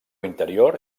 interior